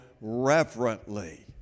reverently